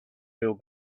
feel